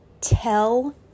tell